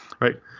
Right